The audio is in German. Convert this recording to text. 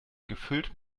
gefüllt